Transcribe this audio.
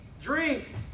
drink